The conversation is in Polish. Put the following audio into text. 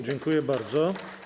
Dziękuję bardzo.